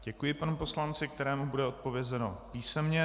Děkuji panu poslanci, kterému bude odpovězeno písemně.